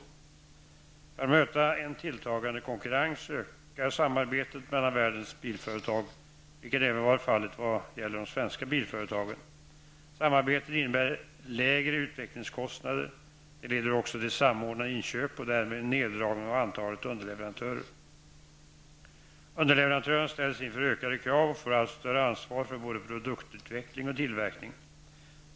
För att möta en tilltagande konkurrens ökar samarbetet mellan världens bilföretag, vilket även varit fallet vad gäller de svenska bilföretagen. Samarbetet innebär lägre utvecklingskostnader. Det leder också till samordnade inköp och därmed en neddragning av antalet underleverantörer. Underleverantörerna ställs inför ökade krav och får allt större ansvar för både produktutveckling och tillverkning.